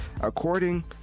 according